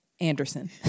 Anderson